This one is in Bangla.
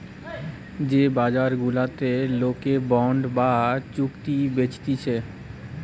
যে বাজার গুলাতে লোকে বন্ড বা চুক্তি বেচতিছে